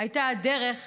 הייתה הדרך,